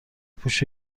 پوش